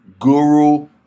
guru